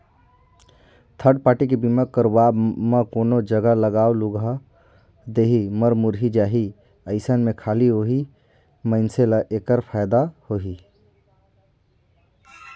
third party के बीमा करवाब म कोनो जघा लागय लूगा देही, मर मुर्री जाही अइसन में खाली ओही मइनसे ल ऐखर फायदा होही